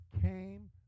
came